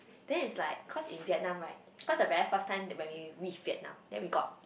then it's like cause in Vietnam right cause the very first time when we reach Vietnam then we got